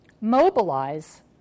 mobilize